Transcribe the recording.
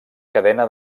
cadena